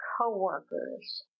coworkers